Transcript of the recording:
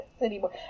anymore